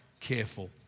careful